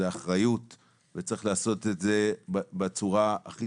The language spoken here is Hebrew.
זו אחריות וצריך לעשות את זה בצורה הכי